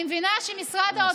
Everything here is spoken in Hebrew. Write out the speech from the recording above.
אני מבינה שמשרד האוצר,